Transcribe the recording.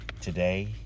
today